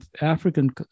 African